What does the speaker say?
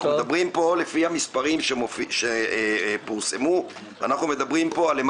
לפי המספרים שפורסמו מדברים פה על יותר